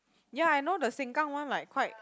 yea I know the Sengkang one like quite